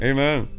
Amen